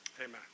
amen